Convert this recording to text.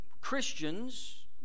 Christians